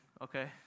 okay